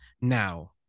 now